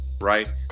right